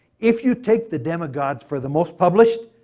if you take the demigods for the most published,